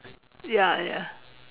ya ya